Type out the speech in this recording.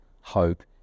hope